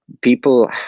people